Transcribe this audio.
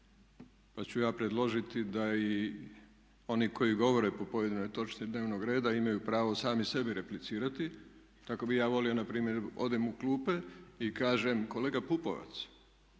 pa ću ja predložiti da i oni koji govore po pojedinoj točci dnevnog reda imaju pravo sami sebi replicirati. Tako bi ja volio npr. odem u klupe i kažem kolega Pupovac